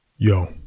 Yo